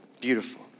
beautiful